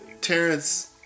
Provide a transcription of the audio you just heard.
Terrence